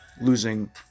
losing